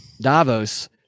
Davos